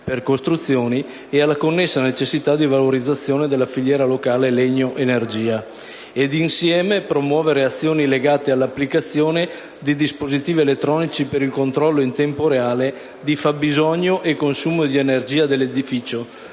per costruzioni, e alla connessa necessità di valorizzazione della filiera locale legno-energia) e insieme di promuovere azioni legate all'applicazione di dispositivi elettronici per il controllo in tempo reale di fabbisogno e consumo di energia dell'edificio,